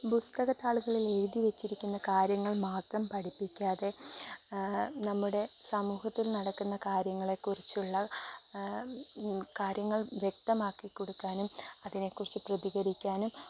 പുസ്തകത്താളുകളിൽ എഴുതി വച്ചിരിക്കുന്ന കാര്യങ്ങൾ മാത്രം പഠിപ്പിക്കാതെ നമ്മുടെ സമൂഹത്തിൽ നടക്കുന്ന കാര്യങ്ങളെക്കുറിച്ചുള്ള കാര്യങ്ങൾ വ്യക്തമാക്കി കൊടുക്കാനും അതിനെക്കുറിച്ച് പ്രതികരിക്കാനും